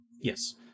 Yes